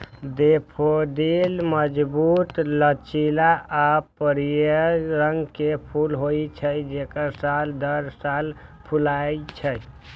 daffodil मजबूत, लचीला आ पीयर रंग के फूल होइ छै, जे साल दर साल फुलाय छै